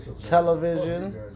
television